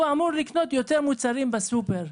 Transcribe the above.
הוא אמור לקנות יותר מוצרים בסופר,